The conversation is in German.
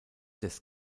des